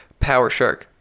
powershark